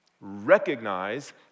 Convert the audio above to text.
Recognize